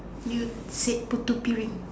you said Putu-Piring